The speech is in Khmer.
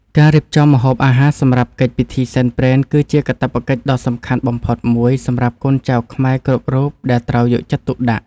ការរៀបចំម្ហូបអាហារសម្រាប់កិច្ចពិធីសែនព្រេន គឺជាកាតព្វកិច្ចដ៏សំខាន់បំផុតមួយសម្រាប់កូនចៅខ្មែរគ្រប់រូបដែលត្រូវយកចិត្តទុកដាក់។